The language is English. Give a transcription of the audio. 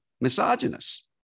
misogynist